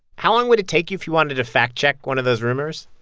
how long would it take you if you wanted to fact-check one of those rumors?